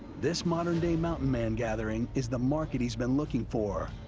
this modern-day mountain-man gathering is the market he's been looking for,